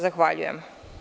Zahvaljujem.